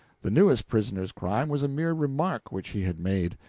the newest prisoner's crime was a mere remark which he had made.